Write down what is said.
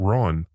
Ron